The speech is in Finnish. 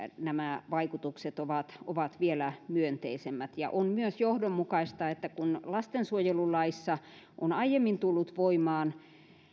nämä vaikutukset ovat ovat vielä myönteisemmät on myös johdonmukaista että kun lastensuojelulaissa on aiemmin tullut voimaan